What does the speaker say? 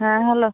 হ্যাঁ হ্যালো